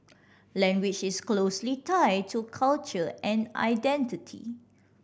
language is closely tied to culture and identity